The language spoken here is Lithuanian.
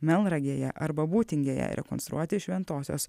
melnragėje arba būtingėje rekonstruoti šventosios